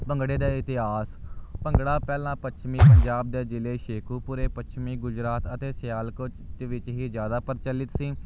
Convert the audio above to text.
ਭੰਗੜੇ ਦਾ ਇਤਿਹਾਸ ਭੰਗੜਾ ਪਹਿਲਾਂ ਪੱਛਮੀ ਪੰਜਾਬ ਦੇ ਜਿਲ੍ਹੇ ਸ਼ੇਖੂਪੁਰੇ ਪੱਛਮੀ ਗੁਜਰਾਤ ਅਤੇ ਸਿਆਲਕੋਟ ਦੇ ਵਿੱਚ ਹੀ ਜ਼ਿਆਦਾ ਪ੍ਰਚਲਿਤ ਸੀ